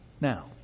now